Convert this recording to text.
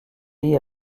est